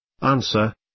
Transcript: Answer